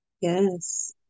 Yes